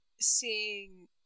seeing